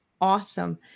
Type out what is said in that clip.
awesome